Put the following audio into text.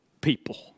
people